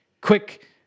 quick